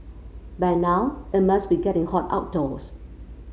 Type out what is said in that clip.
by now it must be getting hot outdoors